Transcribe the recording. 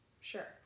Sure